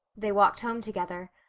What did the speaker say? they walked home together.